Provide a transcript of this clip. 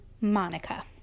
Monica